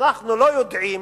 אנחנו לא יודעים,